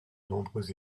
nombreux